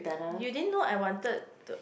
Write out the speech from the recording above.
you didn't know I wanted to